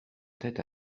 tête